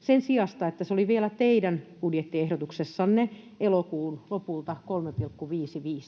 sen sijasta, että se oli vielä teidän budjettiehdotuksessanne elokuun lopulla